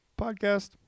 Podcast